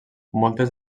moltes